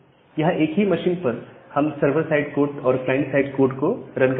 यहां एक ही मशीन पर हम सर्वर साइड कोड और क्लाइंट साइड कोड को रन कर रहे हैं